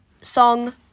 song